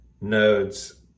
nodes